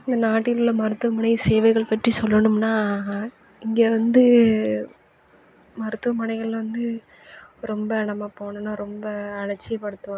நாட்டிலுள்ள மருத்துவமனை சேவைகள் பற்றி சொல்லணும்னா இங்கே வந்து மருத்துவமனைகள் வந்து ரொம்ப நம்ப போனோம்னா ரொம்ப அலட்சியப்படுத்துவாங்க